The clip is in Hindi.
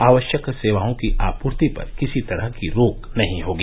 आवश्यक सेवाओं की आपूर्ति पर किसी तरह की रोक नहीं होगी